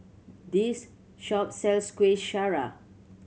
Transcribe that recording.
this shop sells Kuih Syara